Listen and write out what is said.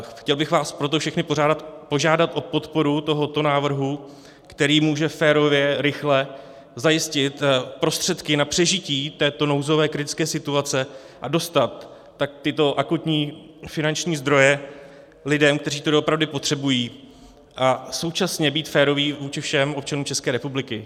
Chtěl bych vás proto všechny požádat o podporu tohoto návrhu, který může férově, rychle zajistit prostředky na přežití této nouzové kritické situace a dostat tak tyto akutní finanční zdroje lidem, kteří to doopravdy potřebují, a současně být féroví vůči všem občanům České republiky.